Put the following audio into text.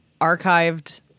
archived